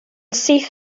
syth